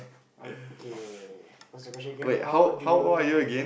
okay what's the question again how do you know